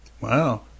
Wow